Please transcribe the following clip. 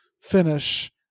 finish